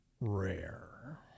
rare